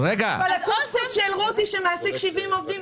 אבל --- שמעסיק 70 עובדים,